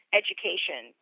education